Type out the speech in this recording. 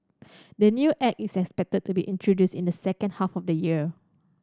the new Act is expected to be introduced in the second half of the year